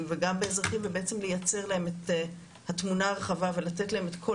וגם האזרחיים ובעצם נייצר להם את התמונה הרחבה ולתת להם את כל